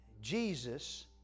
Jesus